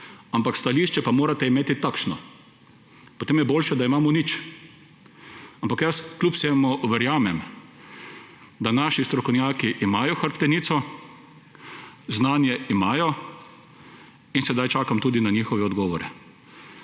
ampak stališče pa morate imeti takšna. Potem je boljše, da imamo nič! Ampak kljub vsemu verjamem, da naši strokovnjaki imajo hrbtenico, znanje imajo in sedaj čakam tudi na njihove odgovore.